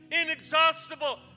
inexhaustible